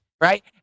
right